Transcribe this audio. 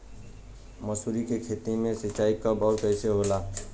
मसुरी के खेती में सिंचाई कब और कैसे होला?